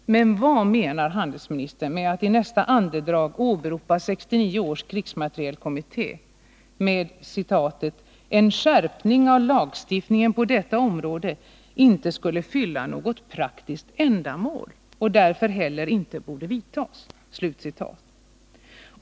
Men vad menar handelsministern med att i nästa andedrag åberopa 1969 års krigsmaterielkommitté som sade att ”en skärpning av lagstiftningen på detta område inte skulle fylla något praktiskt ändamål och därför heller inte borde vidtas”.